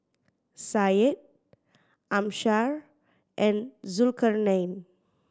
Syed Amsyar and Zulkarnain